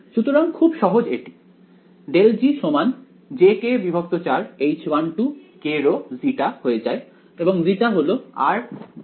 সুতরাং খুব সহজ এটি ∇g jk4H1kρ হয়ে যায় এবং ζ r r′